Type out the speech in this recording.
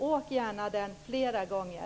Åk gärna den vägen fler gånger!